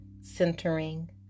Centering